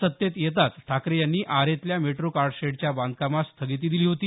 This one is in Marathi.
सत्तेवर येताच ठाकरे यांनी आरेतल्या मेट्रो कारशेडच्या बांधकामास स्थगिती दिली होती